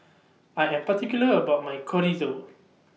I Am particular about My Chorizo